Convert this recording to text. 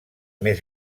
més